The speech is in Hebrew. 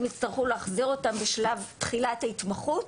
יצטרכו להחזיר אותם בשלב תחילת ההתמחות.